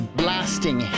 blasting